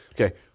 okay